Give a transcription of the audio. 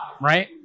Right